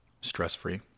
stress-free